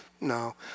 No